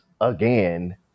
again